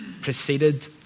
preceded